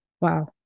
Wow